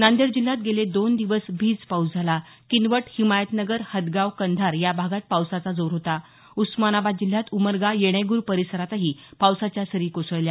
नांदेड जिल्ह्यात गेले दोन दिवस भीज पाऊस झाला किनवट हिमायतनगर हदगाव कंधार या भागात पावसाचा जोर होता उस्मानाबाद जिल्ह्यात उमरगा येणेगूर परिसरातही पावसाच्या सरी कोसळल्या